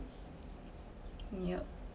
yup